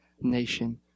nation